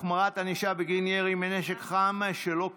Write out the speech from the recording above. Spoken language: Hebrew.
החמרת ענישה בגין ירי מנשק חם שלא כדין),